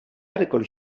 article